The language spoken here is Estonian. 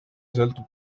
sõltub